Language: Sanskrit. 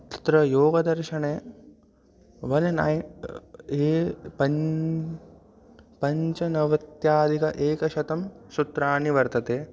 तत्र योगदर्शने वन् नै ये पञ् पञ्चनवत्याधिक एकशतं सूत्राणि वर्तते